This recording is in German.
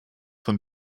von